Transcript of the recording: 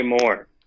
more